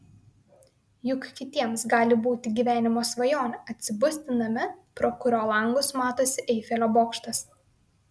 juk kitiems gali būti gyvenimo svajonė atsibusti name pro kurio langus matosi eifelio bokštas